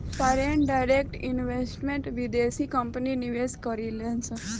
foreign direct investment में बिदेसी company निवेश करेलिसन